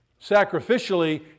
sacrificially